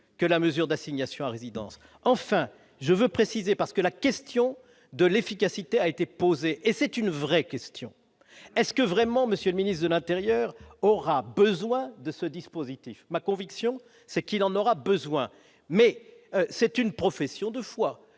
que la mesure d'assignation à résidence, enfin je veux préciser parce que la question de l'efficacité a été posée et c'est une vraie question est-ce que vraiment, monsieur le ministre de l'Intérieur, aura besoin de ce dispositif, ma conviction, c'est qu'il en aura besoin, mais c'est une profession de foi,